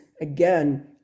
again